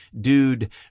Dude